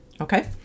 Okay